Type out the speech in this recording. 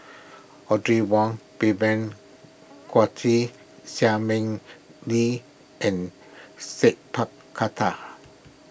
Audrey Wong Vivien Quahe Seah Mei Lin and Sat Pal Khattar